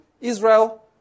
Israel